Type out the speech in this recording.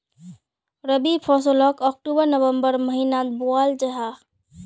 रबी फस्लोक अक्टूबर नवम्बर महिनात बोआल जाहा